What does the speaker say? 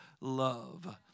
love